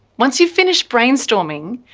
once you've finished brainstorming,